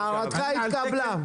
הערתך התקבלה.